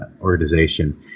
organization